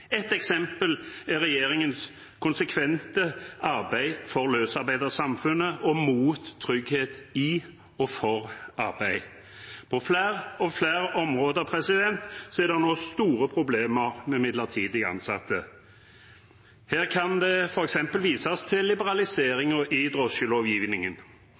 Et eksempel er regjeringens konsekvente arbeid for løsarbeidersamfunnet og mot trygghet i og for arbeid. På flere og flere områder er det nå store problemer med midlertidig ansatte. Her kan det f.eks. vises til